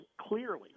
clearly